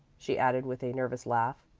she added with a nervous laugh.